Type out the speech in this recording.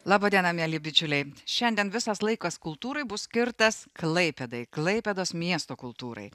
laba diena mieli bičiuliai šiandien visas laikas kultūrai bus skirtas klaipėdai klaipėdos miesto kultūrai